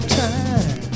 time